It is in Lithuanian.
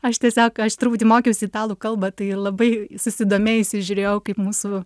aš tiesiog aš truputį mokiaus italų kalbą tai labai susidomėjusi žiūrėjau kaip mūsų